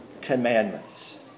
commandments